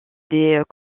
des